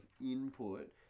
input